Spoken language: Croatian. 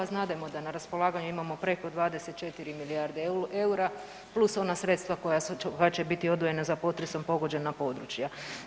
Znademo da na raspolaganju imamo preko 24 milijarde eura, plus ona sredstva koja će biti odvojena za potresom pogođena područja.